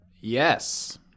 Yes